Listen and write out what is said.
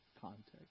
context